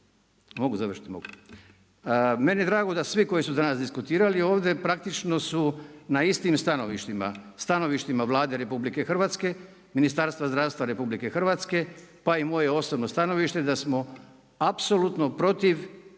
mogu završiti? Mogu. Meni je drago da svi koji su danas diskutirali ovdje praktično su na istim stanovištima, stanovištima Vlade RH, Ministarstva zdravstva Republike Hrvatske, pa i moje osobno stanovište da smo apsolutno protiv